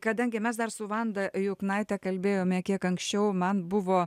kadangi mes dar su vanda juknaite kalbėjome kiek anksčiau man buvo